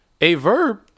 A-Verb